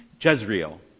Jezreel